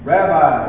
Rabbi